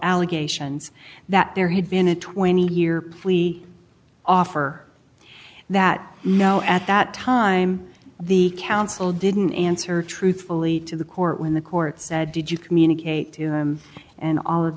allegations that there had been a twenty year plea offer that know at that time the council didn't answer truthfully to the court when the court said did you communicate and all of